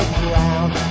ground